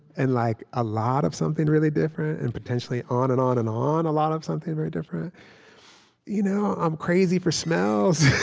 and like a lot of something really different and, potentially, on and on and on, a lot of something very different you know i'm crazy for smells,